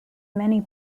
many